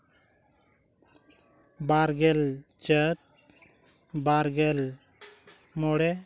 ᱵᱟᱨᱜᱮᱞ ᱪᱟᱹᱛ ᱵᱟᱨᱜᱮᱞ ᱢᱚᱬᱮ